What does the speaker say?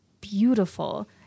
beautiful